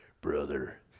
Brother